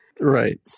Right